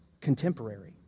contemporary